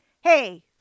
Hey